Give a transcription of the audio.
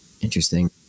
interesting